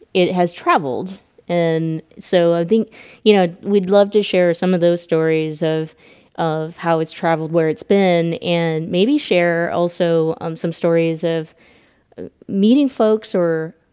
it has traveled and so i think you know we'd love to share some of those stories of of how it's traveled where it's been and maybe share also um some stories of meeting folks or